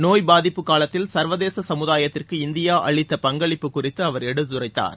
நோய் பாதிப்பு காலத்தில் சர்வதேச சமுதாயத்திற்குஇந்தியா அளித்த பங்களிப்பு குறித்து அவர் எடுத்துரைத்தார்